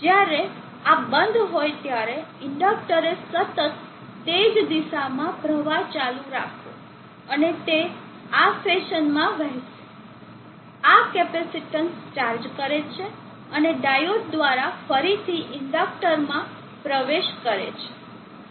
જ્યારે આ બંધ હોય ત્યારે ઇન્ડક્ટરે સતત તે જ દિશામાં પ્રવાહ ચાલુ રાખવો અને તે આ ફેશનમાં વહેશે આ કેપેસિટીન્સ ચાર્જ કરે છે અને ડાયોડ દ્વારા ફરીથી ઇન્ડેક્ટરમાં પ્રવેશ કરે છે